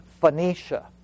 Phoenicia